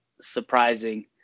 surprising